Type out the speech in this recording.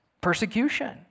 persecution